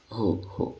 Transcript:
हो हो